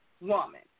woman